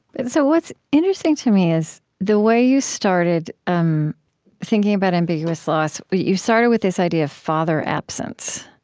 and so what's interesting to me is the way you started um thinking about ambiguous loss. but you started with this idea of father absence.